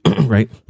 right